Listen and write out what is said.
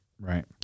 Right